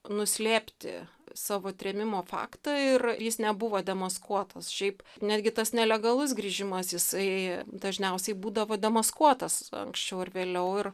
nuslėpti savo trėmimo faktą ir jis nebuvo demaskuotas šiaip netgi tas nelegalus grįžimas jisai dažniausiai būdavo demaskuotas anksčiau ar vėliau ir